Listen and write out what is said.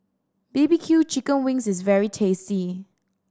B B Q chicken wings is very tasty